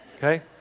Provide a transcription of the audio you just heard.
Okay